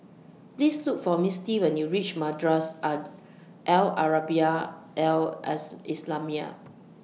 Please Look For Mistie when YOU REACH Madrasah Are Al Arabiah Al Islamiah